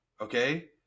Okay